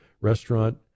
restaurant